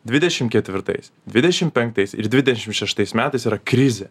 dvidešim ketvirtais dvidešim penktais ir dvidešim šeštais metais yra krizė